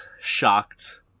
shocked